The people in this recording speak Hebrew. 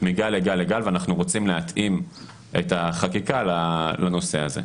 מגל לגל ואנחנו רוצים להתאים את החקיקה לנושא הזה.